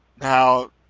Now